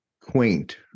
quaint